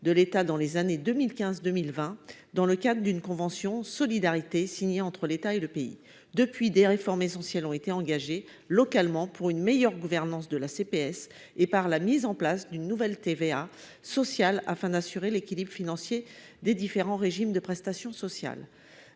de l'État de 2015 à 2020, dans le cadre d'une convention solidarité signée entre l'État et le pays. Depuis lors, des réformes essentielles ont été engagées localement pour une meilleure gouvernance de la CPS et par la mise en place d'une nouvelle TVA sociale afin d'assurer l'équilibre financier des différents régimes de prestations sociales.